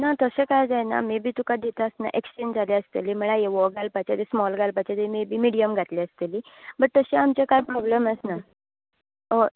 ना तशें कांय जायना मे बी तुका दिता आसतना एक्सचेंज जाले आसतली म्हळ्यार हो घालपाचो स्मोल घालपाचो न्ही ती मिडियम घातले आसतली बट तशें आमचें कांय प्रोब्लम आसना होय